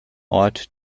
ort